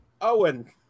Owen